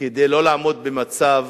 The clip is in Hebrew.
כדי לא לעמוד במצב